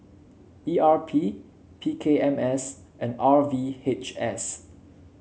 E R P P K M S and R V H S